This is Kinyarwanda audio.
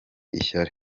ishyari